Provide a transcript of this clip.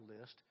list